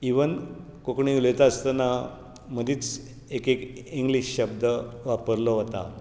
even Konkani उलयता आसतना मदींच एक एक इंग्लिश शब्द वापरलो वता